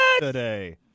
today